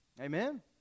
Amen